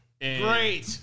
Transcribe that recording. Great